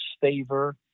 favor